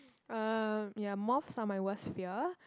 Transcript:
um ya moths are my worse fear